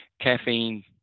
Caffeine